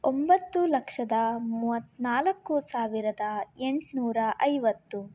ಒಂಬತ್ತು ಲಕ್ಷದ ಮೂವತ್ತನಾಲ್ಕು ಸಾವಿರದ ಎಂಟುನೂರ ಐವತ್ತು